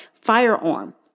firearm